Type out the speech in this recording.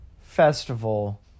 festival